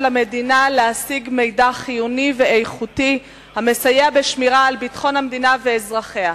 המדינה להשיג מידע חיוני ואיכותי המסייע בשמירה על ביטחון המדינה ואזרחיה.